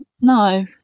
No